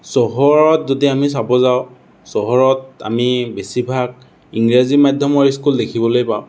চহৰত যদি আমি চাব যাওঁ চহৰত আমি বেছিভাগ ইংৰাজী মাধ্যমৰ স্কুল দেখিবলৈ পাওঁ